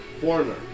Foreigner